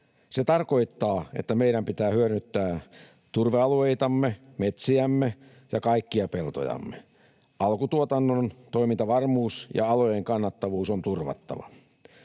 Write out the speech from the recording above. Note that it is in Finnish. Se tarkoittaa, että meidän pitää hyödyntää turvealueitamme, metsiämme ja kaikkia peltojamme. Alkutuotannon toimintavarmuus ja alojen kannattavuus on turvattava.